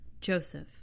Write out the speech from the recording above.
Joseph